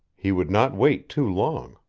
he could not wait too long.